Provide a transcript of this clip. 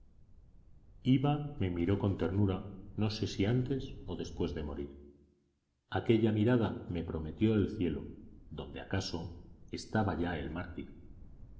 iwa me miró con ternura no sé si antes o después de morir aquella mirada me prometió el cielo donde acaso estaba ya el mártir